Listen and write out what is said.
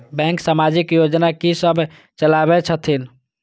Bank समाजिक योजना की सब चलावै छथिन?